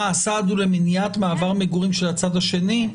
אהה, הסעד הוא למניעת מעבר מגורים של הצד השני?